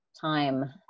time